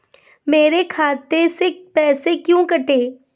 मेरे खाते से पैसे क्यों कटे?